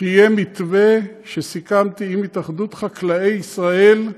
שיהיה מתווה, שסיכמתי עם התאחדות חקלאי ישראל,